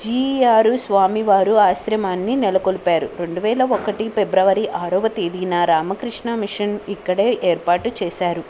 జీయర్ స్వామివారు ఆశ్రమాన్ని నెలకొల్పారు రెండు వేల ఒకటి ఫిబ్రవరి ఆరవ తేదీన రామకృష్ణ మిషన్ ఇక్కడే ఏర్పాటు చేశారు